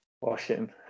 Washing